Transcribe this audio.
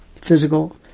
physical